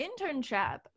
internship